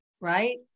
right